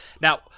now